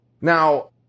Now